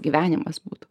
gyvenimas būtų